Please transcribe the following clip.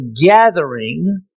gathering